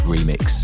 Remix